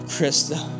Krista